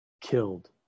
killed